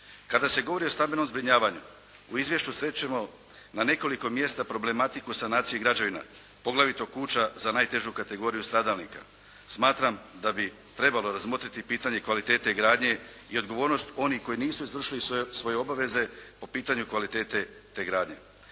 Kada se govori o stambenim zbrinjavanju, u izvješću srećemo na nekoliko mjesta problematiku sanacije građevina, poglavito kuća za najtežu kategoriju stradalnika. Smatram da bi trebalo razmotriti pitanje kvalitete gradnje i odgovornost onih koji nisu izvršili svoje obaveze po pitanju kvalitete te gradnje.